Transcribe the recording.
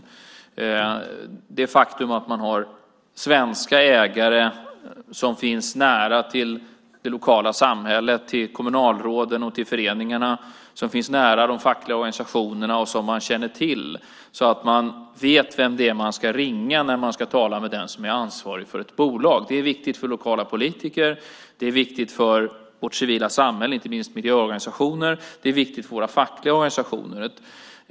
Jag tänker på det faktum att man har svenska ägare som finns nära det lokala samhället, kommunalråden, föreningarna och de fackliga organisationerna och som man känner till, så att man vet vem det är man ska ringa när man ska tala med den som är ansvarig för ett bolag. Det är viktigt för lokala politiker. Det är viktigt för vårt civila samhälle, inte minst för miljöorganisationer. Det är viktigt för våra fackliga organisationer.